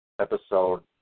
episode